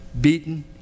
beaten